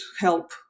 help